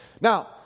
Now